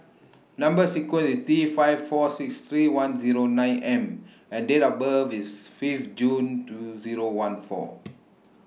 Number sequence IS T five four six three one Zero nine M and Date of birth IS Fifth June two Zero one four